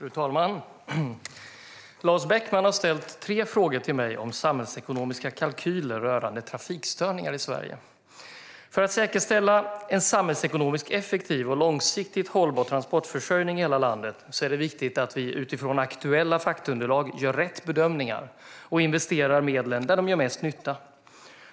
Fru talman! Lars Beckman har ställt tre frågor till mig om samhällsekonomiska kalkyler rörande trafikstörningar i Sverige. För att säkerställa en samhällsekonomiskt effektiv och långsiktigt hållbar transportförsörjning i hela landet är det viktigt att vi utifrån aktuella faktaunderlag gör rätt bedömningar och investerar medlen där de gör mest nytta.